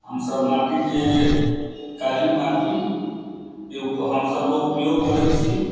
हमसब माटी जे काली माटीके हमसब उपयोग करै छी